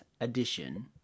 edition